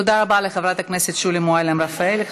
תודה רבה לחברת הכנסת שולי מועלם-רפאלי.